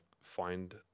find